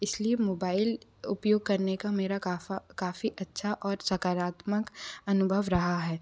इस लिए मोबाइल उपयोग करने का मेरा काफ़ा काफ़ी अच्छा और सकारात्मक अनुभव रहा है